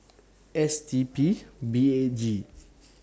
S T P B eight G